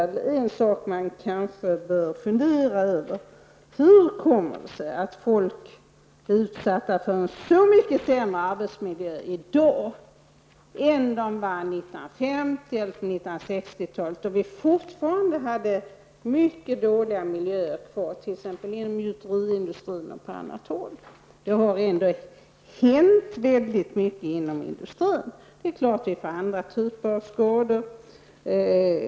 En sak som man kanske skall fundera litet över är: Hur kommer det sig att folk är utsatta för en så mycket sämre arbetsmiljö i dag än de var på 1950 och 1960-talen? Då hade vi fortfarande mycket dåliga miljöer kvar t.ex. inom gjuteriindustrin och även på andra håll. Det har ändå hänt väldigt mycket inom industrin. Det är klart att vi får andra typer av skador.